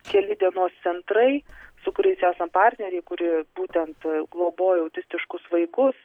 keli dienos centrai su kuriais esam partneriai kur būtent globoja autistiškus vaikus